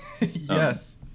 Yes